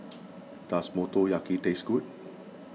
does Motoyaki taste good